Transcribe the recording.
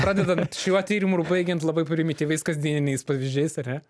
pradedant šiuo tyrimu ir baigiant labai primityviais kasdieniniais pavyzdžiais ar ne